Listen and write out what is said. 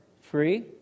free